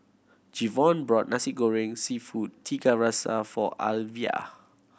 Jevon bought Nasi Goreng Seafood Tiga Rasa for Alivia